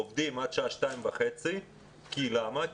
עובדים עד שעה 14:30. למה?